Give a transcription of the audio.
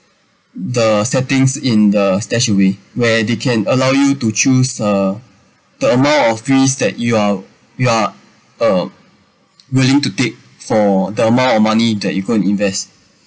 the settings in the StashAway where they can allow you to choose uh the amount of fees that you are you are uh willing to take for the amount of money that you going to invest